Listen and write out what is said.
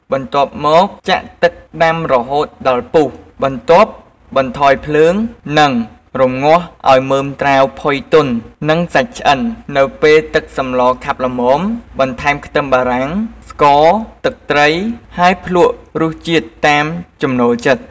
បន្ទាប់មក ចាក់ទឹកដាំរហូតដល់ពុះ បន្ទាប់បន្ថយភ្លើង និងរម្ងាស់ឱ្យមើមត្រាវផុយទន់ និងសាច់ឆ្អិន នៅពេលទឹកសម្លខាប់ល្មម បន្ថែមខ្ទឹមបារាំង ស្ករ និងទឹកត្រី ហើយភ្លក្សរសជាតិតាមចំណូលចិត្ត។